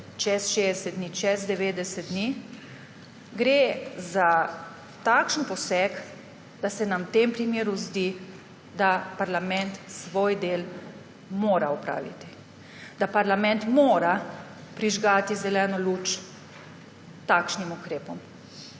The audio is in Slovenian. čez 60 dni, čez 90 dni, gre za takšen poseg, da se nam v tem primeru zdi, da parlament svoj del mora opraviti, da mora parlament prižgati zeleno luč takšnim ukrepom.